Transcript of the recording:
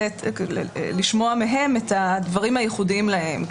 לשמוע מהם את הדברים הייחודיים להם.